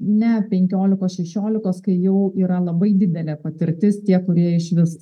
ne penkiolikos šešiolikos kai jau yra labai didelė patirtis tie kurie išvis